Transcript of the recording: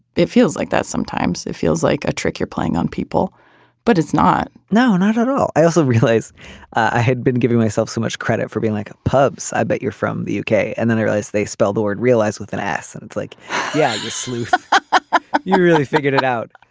it feels like that sometimes it feels like a trick you're playing on people people but it's not no not at all. i also realized i had been giving myself so much credit for being like pubs. i bet you're from the uk and then i realized they spell the word realised with an ass and it's like yeah you're smooth you really figured it out.